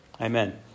Amen